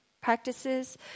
practices